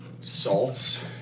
salts